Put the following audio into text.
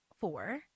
four